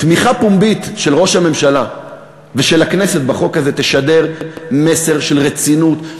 תמיכה פומבית של ראש הממשלה ושל הכנסת בחוק הזה תשדר מסר של רצינות,